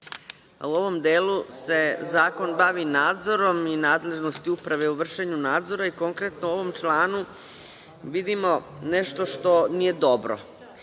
U ovom delu se zakon bavi nadzorom i nadležnosti uprave u vršenju nadzora i konkretno, u ovom članu vidimo nešto što nije dobro.